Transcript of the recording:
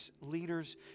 leaders